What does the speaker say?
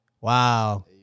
Wow